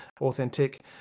authentic